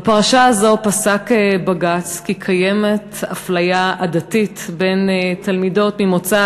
בפרשה הזו פסק בג"ץ כי קיימת אפליה עדתית בין תלמידות ממוצא